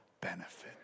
benefit